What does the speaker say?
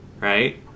right